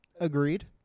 Agreed